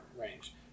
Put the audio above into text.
range